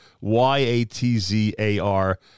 Y-A-T-Z-A-R